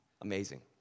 amazing